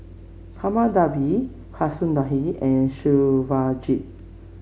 Kamaladevi Kasinadhuni and Shivaji